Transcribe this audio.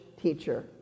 teacher